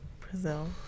Brazil